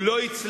הוא לא יצלח,